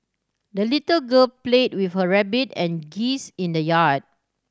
the little girl played with her rabbit and geese in the yard